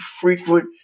frequent